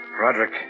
Roderick